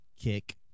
kick